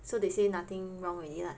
so they say nothing wrong already lah